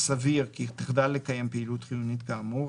סביר כי תחדל לקיים פעילות חיונית כאמור,